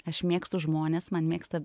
aš mėgstu žmones man mėgsta